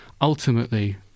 ultimately